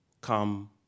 come